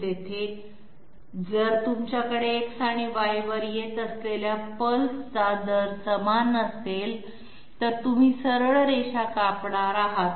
तिथे जर तुमच्याकडे X आणि Y वर येत असलेल्या पल्सचा दर समान असेल तर तुम्ही सरळ रेषा कापणार आहात